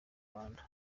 rwanda